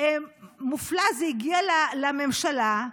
מופלא זה הגיע לממשלה.